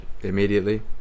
immediately